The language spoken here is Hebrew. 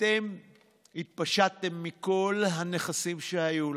אתם התפשטתם מכל הנכסים שהיו לכם,